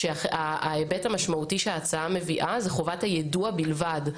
שההיבט המשמעותי שההצעה מביאה הוא חובת היידוע בלבד.